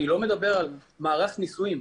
אני לא מדבר על מערך ניסויים,